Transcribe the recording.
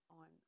on